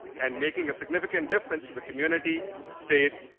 and making a significant difference to the community, state,